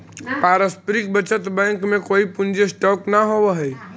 पारस्परिक बचत बैंक में कोई पूंजी स्टॉक न होवऽ हई